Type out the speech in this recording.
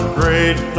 great